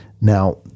Now